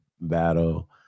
battle